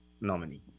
nominee